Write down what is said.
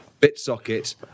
Bitsocket